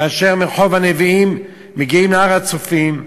כאשר מרחוב הנביאים מגיעים להר-הצופים,